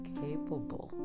capable